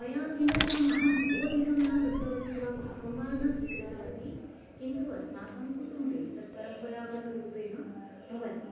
मया किमर्थम् अहं बहु अधिकं न कृतवती वा भागं वा न स्वीकृतवती किन्तु अस्माकं कुटुम्बे तत् परम्परागतरूपेण भवति